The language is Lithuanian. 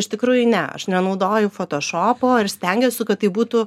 iš tikrųjų ne aš nenaudoju fotošopo ir stengiuosi kad tai būtų